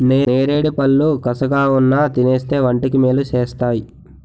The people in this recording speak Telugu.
నేరేడుపళ్ళు కసగావున్నా తినేస్తే వంటికి మేలు సేస్తేయ్